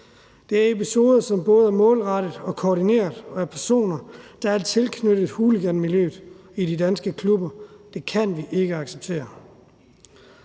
Det er episoder, som er både målrettet og koordineret af personer, der er tilknyttet hooliganmiljøet i de danske klubber. Det kan vi ikke acceptere.